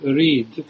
read